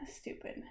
Stupid